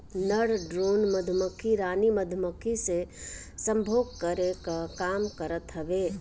नर ड्रोन मधुमक्खी रानी मधुमक्खी से सम्भोग करे कअ काम करत हवे